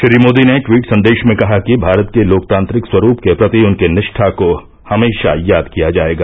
श्री मोदी ने ट्वीट संदेश में कहा कि भारत के लोकतांत्रिक स्वरूप के प्रति उनकी निष्ठा को हमेशा याद किया जाएगा